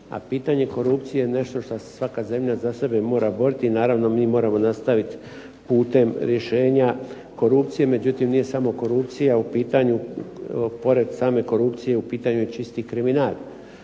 A pitanje korupcije je nešto što se svaka zemlja za sebe mora boriti i naravno mi moramo nastavit putem rješenja korupcije, međutim nije samo korupcija u pitanju. Pored same korupcije u pitanju je čisti kriminal